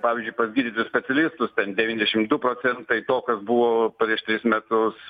pavyzdžiui pas gydytojus specialistus ten devyniasdešim du procentai to kas buvo prieš tris metus